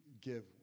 give